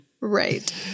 Right